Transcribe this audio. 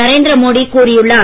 நரேந்திர மோடி கூறியுள்ளார்